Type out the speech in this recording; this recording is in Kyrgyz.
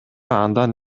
андан